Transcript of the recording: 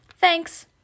Thanks